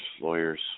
lawyers